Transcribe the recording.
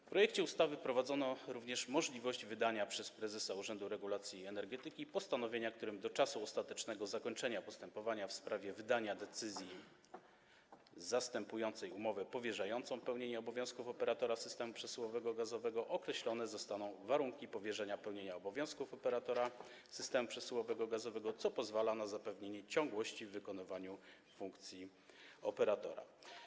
W projekcie ustawy wprowadzono również możliwość wydania przez prezesa Urzędu Regulacji Energetyki postanowienia, którym do czasu ostatecznego zakończenia postępowania w sprawie wydania decyzji zastępującej umowę powierzającą pełnienie obowiązków operatora systemu przesyłowego gazowego określone zostaną warunki powierzenia pełnienia obowiązków operatora systemu przesyłowego gazowego, co pozwala na zapewnienie ciągłości w wykonywaniu funkcji operatora.